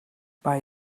bei